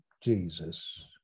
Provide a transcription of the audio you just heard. Jesus